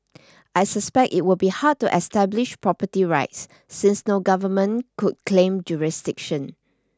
I suspect it would be hard to establish property rights since no government could claim jurisdiction